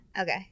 Okay